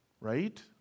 right